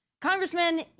Congressman